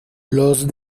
los